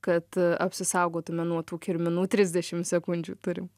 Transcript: kad apsisaugotume nuo tų kirminų trisdešim sekundžių turim